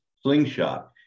slingshot